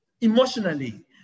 emotionally